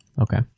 okay